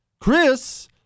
Chris